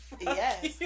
Yes